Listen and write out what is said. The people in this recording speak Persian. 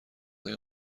آیا